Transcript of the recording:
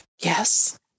Yes